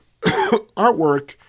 artwork